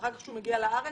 ואחר כך כשהוא מגיע לארץ,